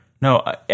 No